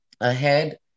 ahead